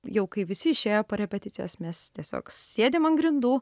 jau kai visi išėjo po repeticijos mes tiesiog sėdim ant grindų